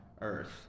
earth